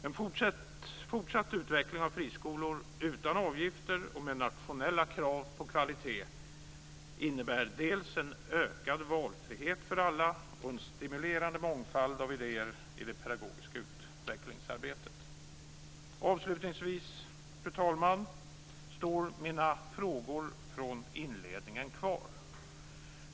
En fortsatt utveckling av friskolor utan avgifter och med nationella krav på kvalitet innebär dels en ökad valfrihet för alla, dels en stimulerande mångfald av idéer i det pedagogiska utvecklingsarbetet. Avslutningsvis, fru talman, står mina frågor från inledningen kvar.